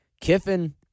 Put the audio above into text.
Kiffin